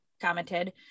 commented